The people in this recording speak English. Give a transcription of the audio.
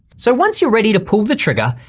so once you're ready to pull the trigger,